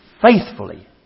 faithfully